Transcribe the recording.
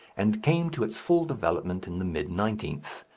and came to its full development in the mid-nineteenth.